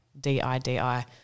D-I-D-I